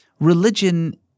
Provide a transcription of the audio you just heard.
religion